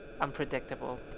unpredictable